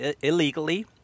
illegally